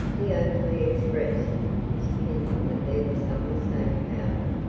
he openly expressed his opinion that there was some mistake about it.